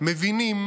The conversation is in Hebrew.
מבינים